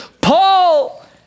paul